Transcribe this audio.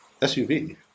SUV